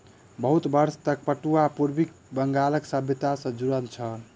बहुत वर्ष तक पटुआ पूर्वी बंगालक सभ्यता सॅ जुड़ल छल